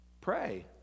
pray